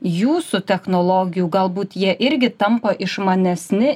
jūsų technologijų galbūt jie irgi tampa išmanesni